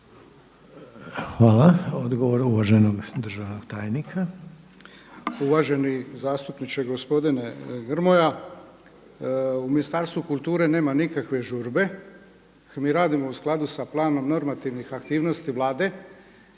Hvala. Odgovor uvaženog državnog tajnika. **Poljičak, Ivica** Uvaženi zastupniče, gospodine Grmoja, u Ministarstvu kulture nema nikakve žurbe, mi radimo u skladu sa planom normativnih aktivnosti Vlade.